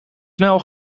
snel